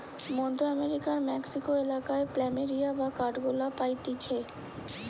মধ্য আমেরিকার মেক্সিকো এলাকায় প্ল্যামেরিয়া বা কাঠগোলাপ পাইতিছে